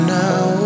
now